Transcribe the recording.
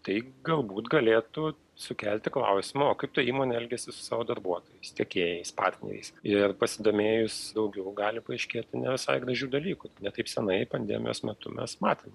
tai galbūt galėtų sukelti klausimą o kaip ta įmonė elgiasi su savo darbuotojais tiekėjais partneriais ir pasidomėjus daugiau gali paaiškėti ne visai gražių dalykų ne taip senai pandemijos metu mes matėm